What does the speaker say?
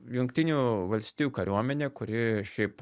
jungtinių valstijų kariuomenė kuri šiaip